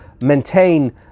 maintain